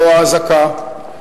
לא האזעקה.